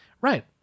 Right